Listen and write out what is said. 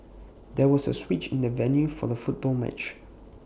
there was A switch in the venue for the football match